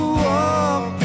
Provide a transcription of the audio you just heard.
walk